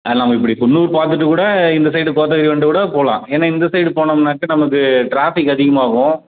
அதில் நம்ம இப்படி குன்னூர் பார்த்துட்டு கூட இந்த சைடு கோத்தகிரி வந்துட்டு கூட போகலாம் ஏன்னால் இந்த சைடு போனோம்னாக்கால் நமக்கு ட்ராஃபிக் அதிகமாகும்